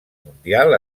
mundial